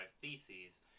Theses